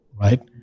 right